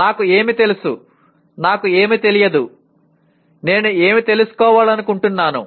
నాకు ఏమి తెలుసు నాకు ఏమి తెలియదు నేను ఏమి తెలుసుకోవాలనుకుంటున్నాను